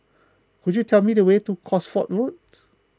could you tell me the way to Cosford Road